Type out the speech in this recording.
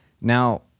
Now